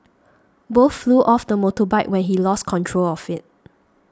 both flew off the motorbike when he lost control of it